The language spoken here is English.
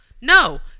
No